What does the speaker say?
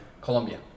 Colombia